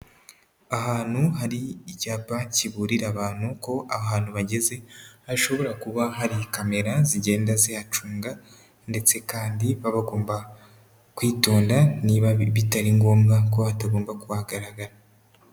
Ahantu hari icyapa kiburira abantu ko ahantu bageze hashobora kuba hari kamera zigenda zihacunga ndetse kandi baba bagomba kwitonda niba bitari ngombwa ko hatagomba kuba hagaragara.